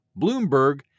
Bloomberg